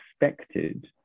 expected